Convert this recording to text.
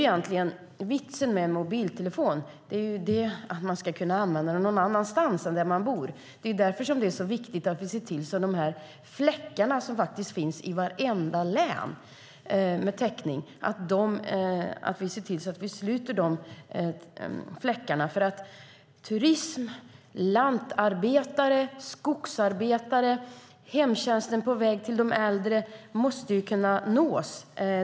Men vitsen med mobiltelefoner är att man ska kunna använda dem någon annanstans än där man bor. Det är därför som det är så viktigt att vi ser till att de här fläckarna utan täckning som finns i vartenda län försvinner. Inom turismen, lantarbetet och skogsarbetet måste man kunna ha täckning, liksom inom hemtjänsten när de är på väg till de äldre. De måste kunna nås.